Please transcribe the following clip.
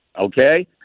Okay